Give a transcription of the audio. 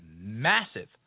massive